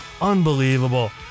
unbelievable